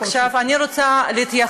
עכשיו, אני רוצה לומר,